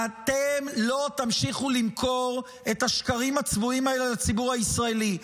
אם לא תמשיכו למכור את השקרים הצבועים האלה לציבור הישראלי.